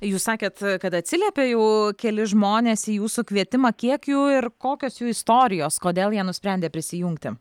jūs sakėt kad atsiliepė jau keli žmonės į jūsų kvietimą kiek jų ir kokios jų istorijos kodėl jie nusprendė prisijungti